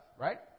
right